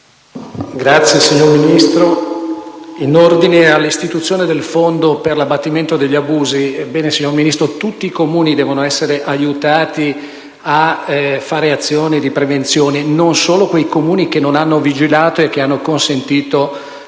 Signor Ministro, in ordine all'istituzione del fondo per l'abbattimento degli abusi, tutti i Comuni devono essere aiutati a fare azioni di prevenzione, e non solo quei Comuni che non hanno vigilato, consentendo